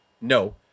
No